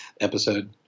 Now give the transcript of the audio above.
episode